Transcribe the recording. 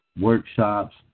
workshops